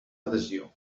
adhesió